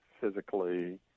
physically